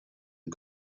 and